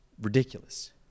ridiculous